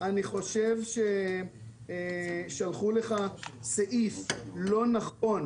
אני חושב ששלחו לך סעיף לא נכון